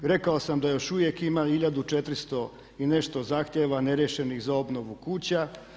Rekao sam da još uvijek ima 1400 i nešto zahtjeva neriješenih za obnovu kuća.